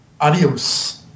Adios